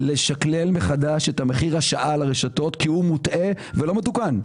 לשקלל מחדש את מחיר השעה לרשתות כי הוא מוטעה ולא מתוקן.